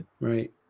Right